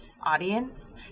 audience